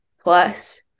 plus